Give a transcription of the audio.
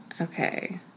Okay